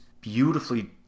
beautifully